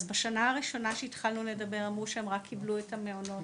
אז בשנה הראשונה שהתחלנו לדבר אמרו שהם רק קיבלו את המעונות,